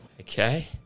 Okay